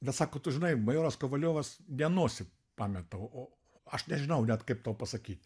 bet sako tu žinai majoras kovaliovas ne nosį pameta o aš nežinau net kaip tau pasakyt